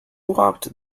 locked